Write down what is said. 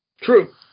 True